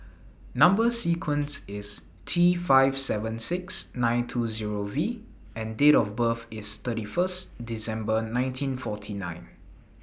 Number sequence IS T five seven six nine two Zero V and Date of birth IS thirty First December nineteen forty nine